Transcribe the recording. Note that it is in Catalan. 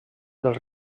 dels